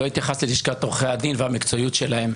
לא התייחסת ללשכת עורכי הדין והמקצועיות שלהם.